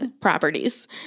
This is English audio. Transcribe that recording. properties